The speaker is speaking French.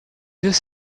vieux